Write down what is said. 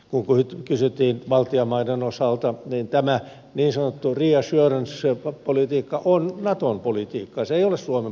kun kysyttiin baltian maiden osalta niin tämä niin sanottu reassurance politiikka on naton politiikkaa se ei ole suomen politiikkaa